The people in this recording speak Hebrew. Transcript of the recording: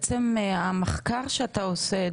המחקר שאתה עושה,